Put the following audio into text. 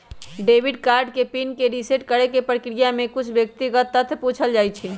debit card के pin के reset करेके प्रक्रिया में कुछ व्यक्तिगत तथ्य पूछल जाइ छइ